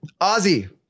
Ozzy